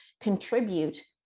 contribute